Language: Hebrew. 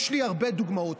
יש לי הרבה דוגמאות.